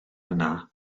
yna